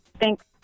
Thanks